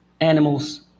animals